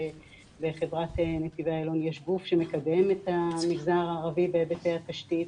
בחברת נתיבי איילון יש גוף שמקדם את המגזר הערבי בהיבטי התשתית.